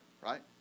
right